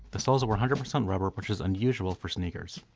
the soles are one hundred percent rubber which is unusual for sneakers.